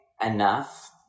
Enough